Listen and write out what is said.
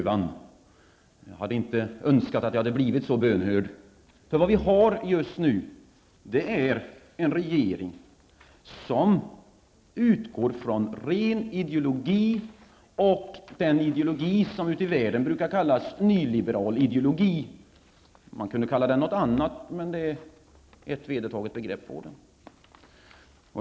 Jag hade inte önskat att bli så bönhörd. Vad vi har just nu är en regering som utgår från ren ideologi, den ideologi som ute i världen brukar kallas nyliberal ideologi. Man kunde kalla den något annat, men det är ett vedertaget begrepp.